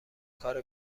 کار